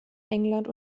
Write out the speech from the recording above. england